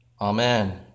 Amen